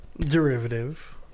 Derivative